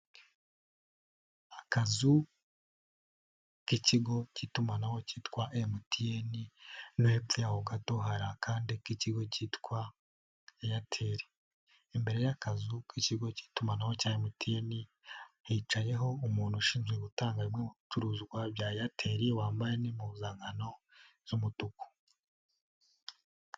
Akazu k'ikigo cy'itumanaho cyitwa MTN no hepfo yaho gatodo hari akande k'ikigo cyitwa Airtel, imbere y'akazu k'ikigo cy'itumanaho cya MTN, hicayeho umuntu ushinzwe gutanga bimwe mu bicuruzwa bya Airtel, wambaye impupuzankano z'umutuku.